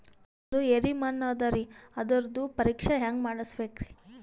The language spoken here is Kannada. ನಮ್ದು ಎರಿ ಮಣ್ಣದರಿ, ಅದರದು ಪರೀಕ್ಷಾ ಹ್ಯಾಂಗ್ ಮಾಡಿಸ್ಬೇಕ್ರಿ?